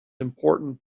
important